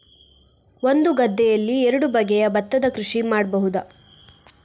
ಒಂದು ಗದ್ದೆಯಲ್ಲಿ ಎರಡು ಬಗೆಯ ಭತ್ತದ ಕೃಷಿ ಮಾಡಬಹುದಾ?